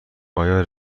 آیا